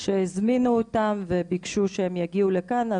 שהזמינו אותם וביקשו שהם יגיעו לכאן,